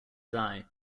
die